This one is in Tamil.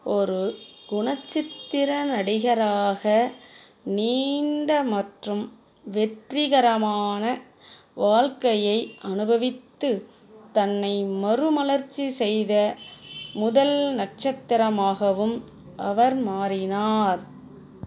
ஒரு குணச்சித்திர நடிகராக நீண்ட மற்றும் வெற்றிகரமான வாழ்க்கையை அனுபவித்து தன்னை மறுமலர்ச்சி செய்த முதல் நட்சத்திரமாகவும் அவர் மாறினார்